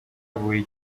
buri